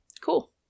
Cool